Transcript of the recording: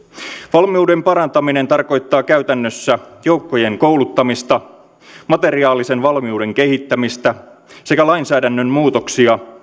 valmiuden parantaminen tarkoittaa käytännössä joukkojen kouluttamista materiaalisen valmiuden kehittämistä sekä lainsäädännön muutoksia